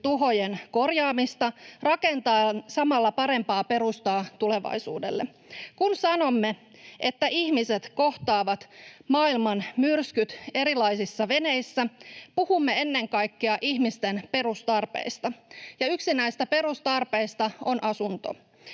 tuhojen korjaamista rakentaen samalla parempaa perustaa tulevaisuudelle. Kun sanomme, että ihmiset kohtaavat maailman myrskyt erilaisissa veneissä, puhumme ennen kaikkea ihmisten perustarpeista, ja yksi näistä perustarpeista on asunto.